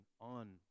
on